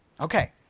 Okay